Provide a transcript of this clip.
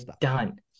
done